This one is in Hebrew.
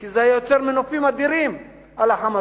כי זה היה יוצר מנופים אדירים על ה"חמאס".